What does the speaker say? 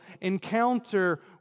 encounter